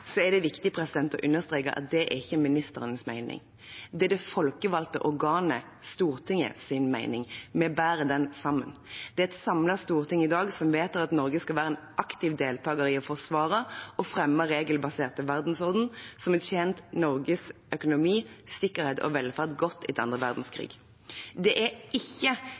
er det viktig å understreke at det ikke er ministerens mening. Det er det folkevalgte organet Stortingets mening. Vi bærer den sammen. Det er et samlet storting som i dag vedtar at Norge skal være aktiv deltager i å forsvare og fremme den regelbaserte verdensordenen som har tjent Norges økonomi, sikkerhet og velferd godt etter annen verdenskrig. Det er ikke